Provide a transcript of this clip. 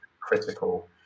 critical